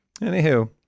Anywho